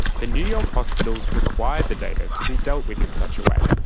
the new york hospitals required the data to be dealt with in such a way.